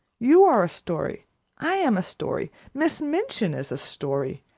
you are a story i am a story miss minchin is a story.